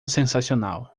sensacional